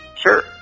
Sure